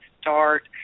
Start